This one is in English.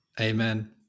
amen